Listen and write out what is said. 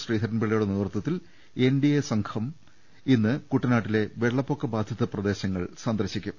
ശ്രീധരൻ പിള്ളയുടെ നേതൃത്വത്തിൽ എൻഡിഎ സംഘം ഇന്ന് കുട്ടനാട്ടിലെ വെള്ളപ്പൊക്ക ബാധിത പ്രദേശങ്ങൾ സന്ദർശിക്കും